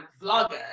vlogger